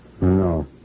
No